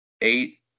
eight